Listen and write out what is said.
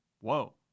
Whoa